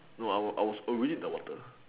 no I was I was already in the water